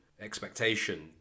expectation